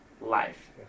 life